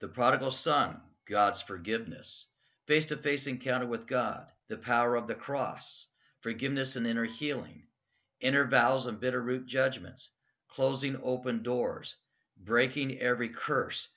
the prodigal son god's forgiveness face to face encounter with god the power of the cross forgiveness and inner healing intervals of bitterroot judgments closing open doors breaking every curse